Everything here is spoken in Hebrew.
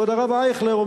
כבוד הרב אייכלר,